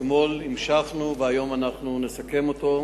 אתמול המשכנו, והיום נסכם אותו.